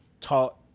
taught